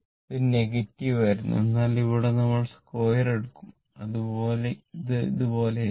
ഇത് നെഗറ്റീവ് ആയിരുന്നു എന്നാൽ ഇവിടെ നമ്മൾ സ്ക്വയർ എടുക്കും ഇതുപോലെ ആയിരിക്കും